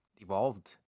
evolved